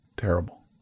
terrible